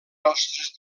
nostres